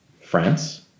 France